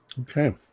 Okay